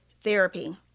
therapy